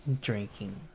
drinking